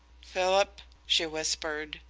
philip, she whispered,